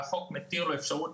והחוק מתיר אפשרות